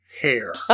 hair